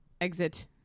exit